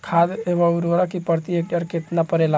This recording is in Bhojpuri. खाद व उर्वरक प्रति हेक्टेयर केतना परेला?